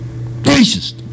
Racist